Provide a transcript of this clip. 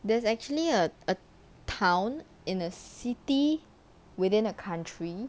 there's actually a a town in a city within a country